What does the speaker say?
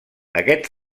aquest